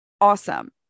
awesome